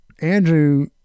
Andrew